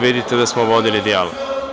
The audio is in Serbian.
Vidite da smo vodili dijalog.